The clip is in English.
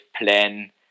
plan